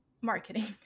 marketing